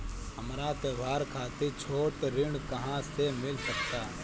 हमरा त्योहार खातिर छोट ऋण कहाँ से मिल सकता?